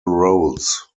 roles